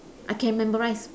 I can memorise